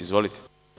Izvolite.